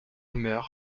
meurt